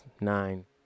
nine